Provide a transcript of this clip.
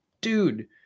dude